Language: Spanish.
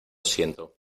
siento